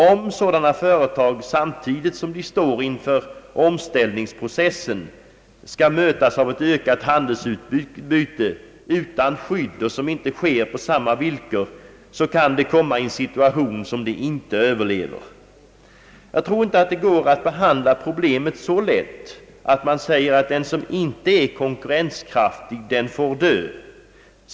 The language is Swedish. Om sådana företag, samtidigt som de står inför en omställningsprocess, skall mötas av konkurrensen från ett ökat handelsutbyte utan skydd och som inte sker på samma villkor, måste de komma i en situation som de inte överlever. Jag tror inte att det går att behandla problemet så lätt att man säger att den som inte är konkurrenskraftig får dö.